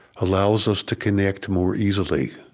allows us to connect more easily,